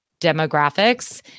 demographics